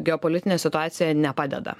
geopolitinė situacija nepadeda